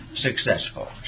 successful